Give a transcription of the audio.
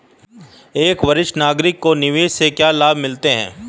एक वरिष्ठ नागरिक को निवेश से क्या लाभ मिलते हैं?